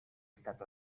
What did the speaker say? stato